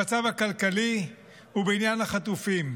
המצב הכלכלי ובעניין החטופים.